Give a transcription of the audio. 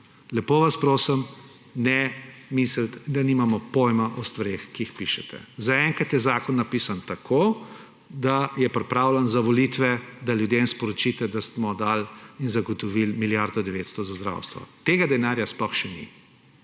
lepo vas prosim, ne misliti, da nimamo pojma o stvareh, ki jih pišete. Zaenkrat je zakon napisan tako, da je pripravljen za volitve, da ljudem sporočite, da smo dali in zagotovili milijardo 900 za zdravstvo. Tega denarja sploh še ni,